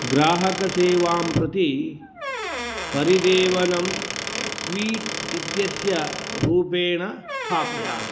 ग्राहकसेवां प्रति परिदेवनं ट्वीट् इत्यस्य रूपेण स्थापय